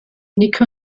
niko